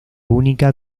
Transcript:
única